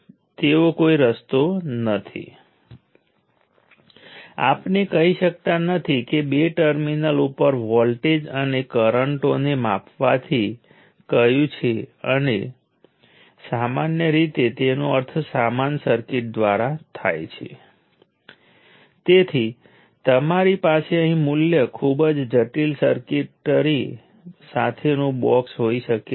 અને ચાલો કહીએ કે અમારી પાસે 1 2 અને N ટર્મિનલ છે તો હવે મેં તમને પહેલેથી જ કહ્યું છે કે N 1 ઈન્ડિપેન્ડેન્ટ વોલ્ટેજ અને એન ટર્મિનલ એલિમેન્ટ માટે વ્યાખ્યાયિત કરંટો છે